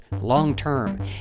long-term